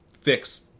fix